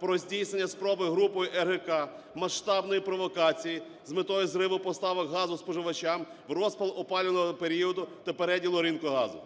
про здійснення спроби групою РГК масштабної провокації з метою зриву поставок газу споживачам у розпал опалювального періоду та переділу ринку газу.